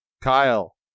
Kyle